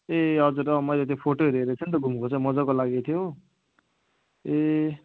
ए हजुर अँ मैले त्यो फोटोहरू हेरेको थिएँ नि त घुमको मजाको लागेको थियो हो ए